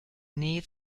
nähe